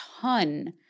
ton